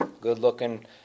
good-looking